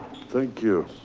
thank you.